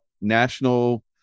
national